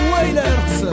Wailers